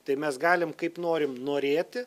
tai mes galim kaip norim norėti